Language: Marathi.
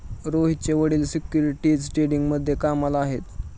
रोहितचे वडील सिक्युरिटीज ट्रेडिंगमध्ये कामाला आहेत